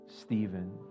Stephen